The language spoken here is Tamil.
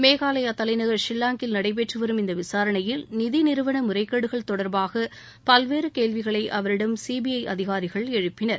மேகாலயா தலைநகர் ஷில்லாங்கில் நடைபெற்றுவரும் இந்த விசாரனையில் நிதி நிறுவன முறைகேடுகள் தொடர்பாக பல்வேறு கேள்விகளை அவரிடம் சிபிஐ அதிகாரிகள் எழுப்பினர்